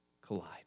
collide